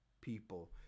people